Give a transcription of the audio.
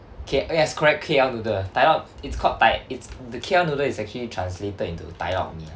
K yes correct K_L noodle tai lok it's called tai it's the K_L noodle is actually translated into tai lok mee lah